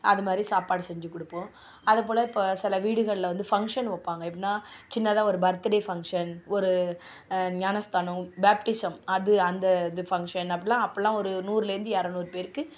அதுமாதிரி சாப்பாடு செஞ்சு கொடுப்போம் அதை போல இப்போ சில வீடுகள்ல வந்து ஃபங்க்ஷன் வைப்பாங்க எப்படினா சின்னதாக ஒரு பர்த்டே ஃபங்க்ஷன் ஒரு ஞானஸ்தானோம் பேப்டிஸம் அது அந்த இது ஃபங்க்ஷன் அப்படிலாம் அப்போலாம் ஒரு நூறுலேருந்து இரநூறு பேருக்கு